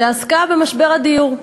שעסקה במשבר הדיור.